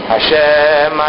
Hashem